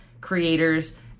creators